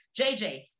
JJ